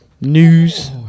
news